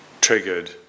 triggered